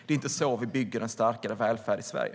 Det är inte så vi bygger en starkare välfärd i Sverige.